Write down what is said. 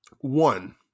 One